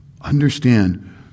Understand